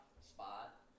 spot